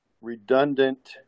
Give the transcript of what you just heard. redundant